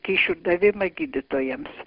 kyšių davimą gydytojams